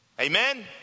amen